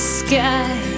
sky